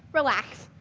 relax.